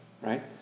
right